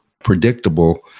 predictable